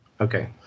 Okay